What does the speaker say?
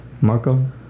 Marco